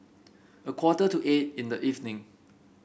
a quarter to eight in the evening